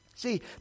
See